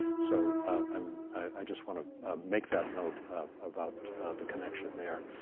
so i'm, i just want to make that note about the connection there.